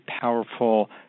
powerful